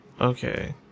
Okay